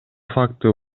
факты